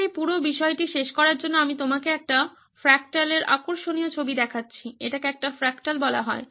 শুধু এই পুরো বিষয়টি শেষ করার জন্য আমি তোমাকে একটি ফ্র্যাক্টালের আকর্ষণীয় ছবি দেখাচ্ছি এটিকে একটি ফ্রাক্টাল বলা হয়